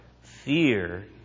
fear